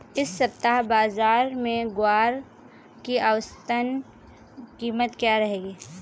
इस सप्ताह बाज़ार में ग्वार की औसतन कीमत क्या रहेगी?